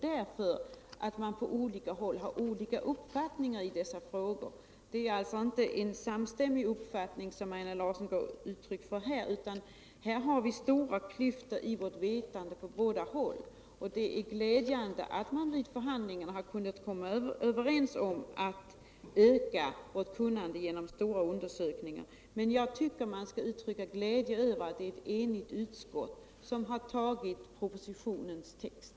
På olika håll har man nämligen olika uppfattningar i dessa frågor. Det är alltså inte en enstämmig uppfattning som Einar Larsson här gett uttryck för. utan vi har stora klyftor i vårt vetande på bäda håll. Det är glädjande att man vid förhandlingarna har kunnat komma överens om att öka vårt kunnande genom stora undersökningar, men vi bör också uttrycka glädje över att ett enigt utskott har tagit avtalets text.